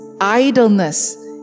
Idleness